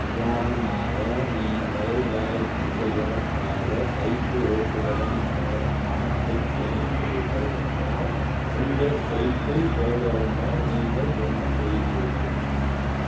உதாரணமாக நீங்கள் வேலைக்குச் செல்வதற்காக சைக்கிள் ஓட்டுவதன் மூலம் பணத்தைச் சேமிக்கிறீர்கள் என்றால் உங்கள் சைக்கிள் பழுதடைந்தால் நீங்கள் என்ன செய்வீர்கள்